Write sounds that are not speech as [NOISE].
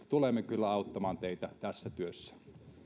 [UNINTELLIGIBLE] tulemme kyllä auttamaan teitä tässä työssä